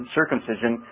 circumcision